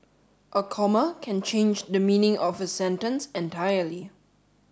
a comma can change the meaning of a sentence entirely